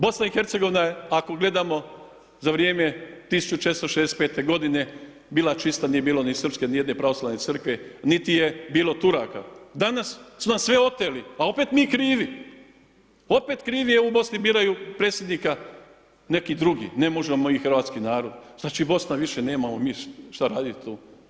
BiH je ako gledamo za vrijeme 1465. godine bila čista, nije bilo ni srpske ni jedne pravoslavne crkve, niti je bilo Turaka, danas su nam sve oteli, a opet mi krivi, opet krivi u Bosni biraju predsjednika neki drugi, ne možemo mi hrvatski narod, znači Bosna nemamo više mi šta radit tu.